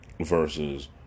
Versus